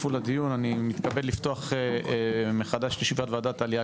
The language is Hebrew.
אני מתכבד לפתוח מחדש את ישיבת וועדת העלייה,